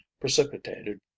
precipitated